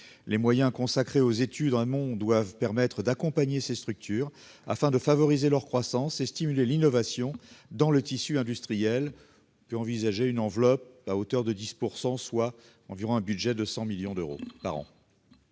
les moyens consacrés aux études doivent permettre d'accompagner ces structures afin de favoriser leur croissance et stimuler l'innovation dans le tissu industriel puis envisager une enveloppe à hauteur de 10%, soit environ un budget de 100 millions d'euros par an.